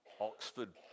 Oxford